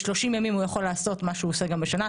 בשלושים ימים הוא יכול לעשות מה שהוא עושה בשנה.